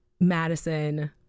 Madison